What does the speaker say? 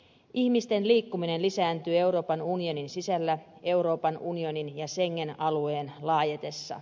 ihmisten liikkuminen lisääntyy euroopan unionin sisällä euroopan unionin ja schengen alueen laajetessa